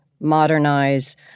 modernize